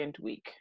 week